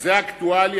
זה אקטואלי?